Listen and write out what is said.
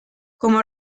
como